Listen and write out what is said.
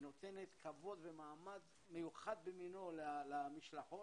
ונותנת כבוד ומעמד מיוחד במינו למשלחות,